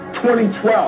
2012